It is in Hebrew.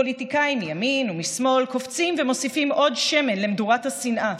פוליטיקאים מימין ומשמאל קופצים ומוסיפים עוד שמן למדורת השנאה,